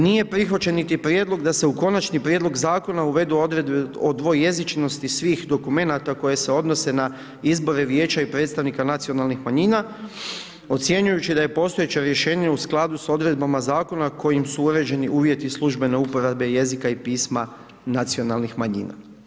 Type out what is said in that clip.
Nije prihvaćen niti prijedlog da se u konačni prijedlog zakona uvedu odredbe o dvojezičnosti svih dokumenata koji se odnose na izbore vijeća i predstavnika nacionalnih manjina ocjenjujući da je postojeće rješenje u skladu s odredbama zakona kojim su određeni uvjeti službene uporabe jezika i pisma nacionalnih manjina.